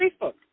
Facebook